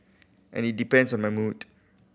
and it depends on my mood